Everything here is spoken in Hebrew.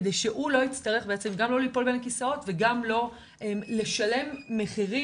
כדי שהוא לא יצטרך גם לא ליפול בין הכיסאות וגם לא לשלם מחירים,